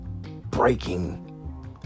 breaking